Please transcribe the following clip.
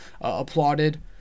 applauded